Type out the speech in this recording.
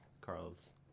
Carl's